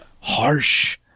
harsh